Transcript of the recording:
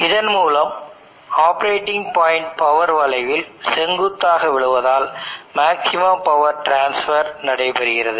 இதன் மூலம் operating point power வளைவில் செங்குத்தாக விழுவதால் மேக்சிமம் பவர் டிரான்ஸ்பர் நடைபெறுகிறது